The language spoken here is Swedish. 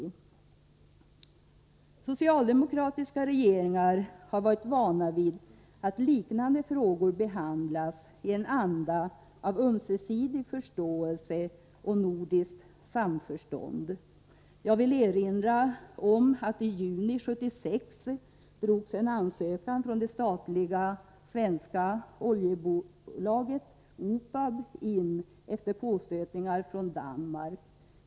en Socialdemokratiska regeringar har varit vana vid att liknande frågor behandlas i en anda av ömsesidig förståelse och nordiskt samförstånd. Jag vill erinra om att i juni 1976 drogs en ansökan från det statliga svenska oljebolaget OPAB tillbaka efter påstötningar från Danmark.